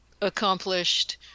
accomplished